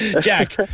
Jack